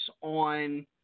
on